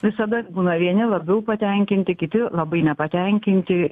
visada būna vieni labiau patenkinti kiti labai nepatenkinti